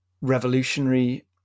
revolutionary